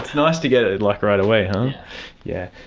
nice to get it like right away. um yeah